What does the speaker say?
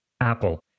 Apple